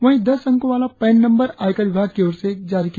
वही दस अंकों वाला पैन नंबर आयकर विभाग की ओर से जारी किया जाता है